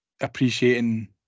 appreciating